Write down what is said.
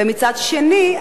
ומצד שני,